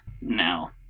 now